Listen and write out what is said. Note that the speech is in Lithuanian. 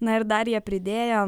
na ir dar jie pridėjo